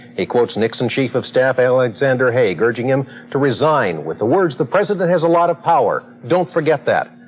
he quotes nixon chief of staff alexander haig urging him to resign with the words, the president has a lot of power, don't forget that.